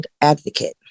advocate